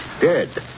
Dead